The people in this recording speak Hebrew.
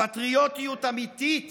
פטריוטיות אמיתית